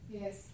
Yes